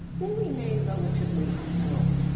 they remain relatively unknown.